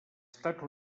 estats